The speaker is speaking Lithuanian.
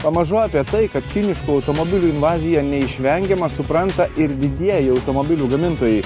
pamažu apie tai kad kiniškų automobilių invazija neišvengiama supranta ir didieji automobilių gamintojai